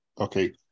Okay